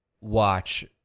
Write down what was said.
watch